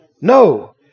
No